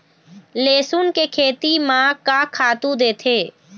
लेसुन के खेती म का खातू देथे?